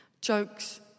Jokes